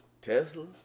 Tesla